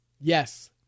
Yes